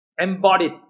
embodied